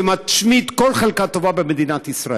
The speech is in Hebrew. שמשמיד כל חלקה טובה במדינת ישראל.